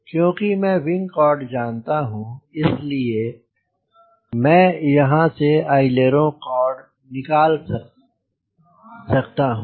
क्योंकि मैं wing cord जानता हूँ इस लिए मैं यहाँ से अइलेरों कॉर्ड निकल सकता हूँ